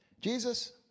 Jesus